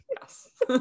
yes